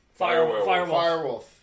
Firewolf